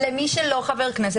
מי שלא חבר כנסת,